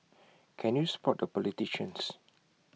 can you spot the politicians